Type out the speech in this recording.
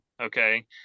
okay